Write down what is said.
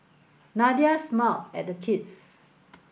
Nadia smiled at the kids